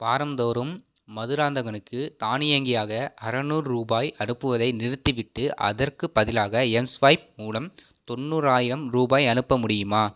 வாராந்தோறும் மதுராந்தகனுக்கு தானியங்கியாக அறநூறு ரூபாய் அனுப்புவதை நிறுத்திவிட்டு அதற்குப் பதிலாக எம்ஸ்வைப் மூலம் தொண்ணூறாயிரம் ரூபாய் அனுப்ப முடியுமா